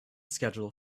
schedule